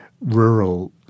rural